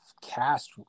cast